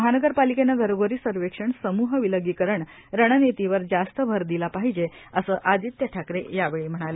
महानगरपालिकेने घरोघरी सर्वेक्षण समूह विलगीकरण रणनितीवर जास्त भर दिला पाहिजे असे आदित्य ठाकरे यावेळी म्हणाले